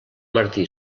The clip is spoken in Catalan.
martí